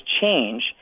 change